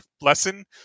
lesson